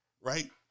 right